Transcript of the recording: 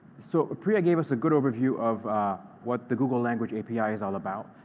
so but priya gave us a good overview of what the google language api is all about,